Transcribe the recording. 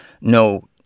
no